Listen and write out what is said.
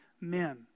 men